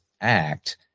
Act